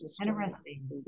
interesting